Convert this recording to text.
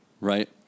right